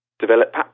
develop